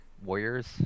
Warriors